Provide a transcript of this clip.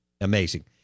amazing